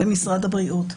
במשרד הבריאות.